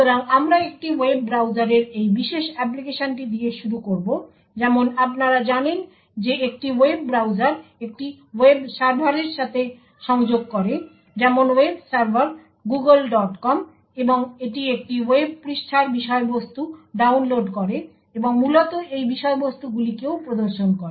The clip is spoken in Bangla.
সুতরাং আমরা একটি ওয়েব ব্রাউজারের এই বিশেষ অ্যাপ্লিকেশনটি দিয়ে শুরু করব যেমন আপনারা জানেন যে একটি ওয়েব ব্রাউজার একটি ওয়েব সার্ভারের সাথে সংযোগ করে যেমন ওয়েব সার্ভার googlecom এবং এটি একটি ওয়েব পৃষ্ঠার বিষয়বস্তু ডাউনলোড করে এবং মূলত সেই বিষয়বস্তুগুলিকেও প্রদর্শন করে